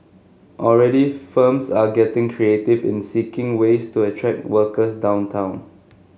already firms are getting creative in seeking ways to attract workers downtown